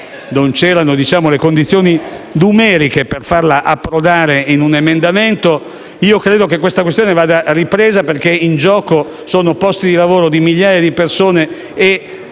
non c'erano le condizioni numeriche per farla approdare in un emendamento e io credo che la questione vada ripresa perché sono in gioco i posti di lavoro di migliaia di persone e